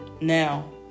now